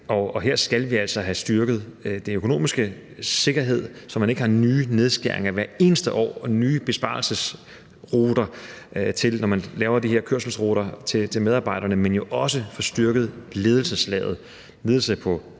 Her skal vi altså have styrket den økonomiske sikkerhed, så man ikke har nye nedskæringer hvert eneste år og nye besparelser, når man laver de her kørselsruter til medarbejderne. Men vi skal jo også have styrket ledelseslaget,